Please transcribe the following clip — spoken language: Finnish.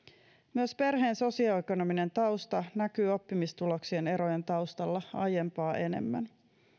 myös perheen sosioekonominen tausta näkyy oppimistuloksien erojen taustalla aiempaa enemmän